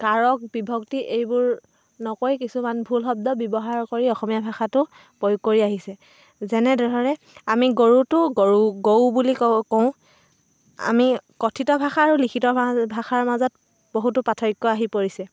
কাৰক বিভক্তি এইবোৰ নকৈ কিছুমান ভুল শব্দ ব্যৱহাৰ কৰি অসমীয়া ভাষাটো প্ৰয়োগ কৰি আহিছে যেনেদৰে আমি গৰুটো গৰু গউ বুলি কওঁ কওঁ আমি কথিত ভাষা আৰু লিখিত ভাষাৰ মাজত বহুতো পাৰ্থক্য আহি পৰিছে